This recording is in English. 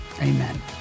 Amen